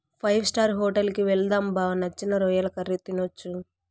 five star hotel కి వెళ్దాం బా నచ్చిన రొయ్యల కర్రీ తినొచ్చు